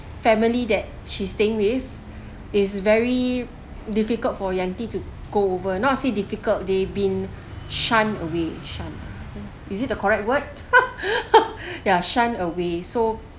family that she staying with is very difficult for Yanti to go over not say difficult they been shun away shun is it the correct word ya shun away so